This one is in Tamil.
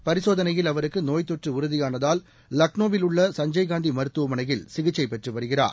பரிசோதனையில் அவருக்கு நோய்த் தொற்று உறுதியானதால் லக்னோவில் உள்ள சஞ்சய்காந்தி மருத்துவமனையில் சிகிச்சை பெற்று வருகிறார்